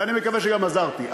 ואני מקווה שגם עזרתי.